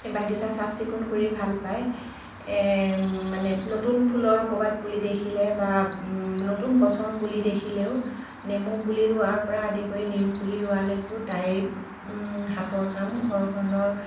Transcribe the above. এই বাগিছা চাফ চিকুণ কৰি ভাল পায় এই মানে নতুন ফুলৰ ক'ৰবাত পুলি দেখিলে বা নতুন গছৰ পুলি দেখিলেও নেমু পুলি ৰুৱাৰ পৰা আদি কৰি নেমু পুলি ৰুৱালৈকো তাই হাতৰ কাম ঘৰখনৰ